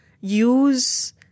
use